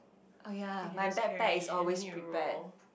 oh ya my backpack is always prepared